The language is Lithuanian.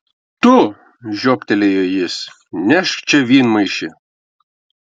tu žioptelėjo jis nešk čia vynmaišį